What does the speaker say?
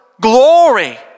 glory